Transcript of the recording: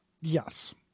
Yes